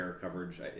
coverage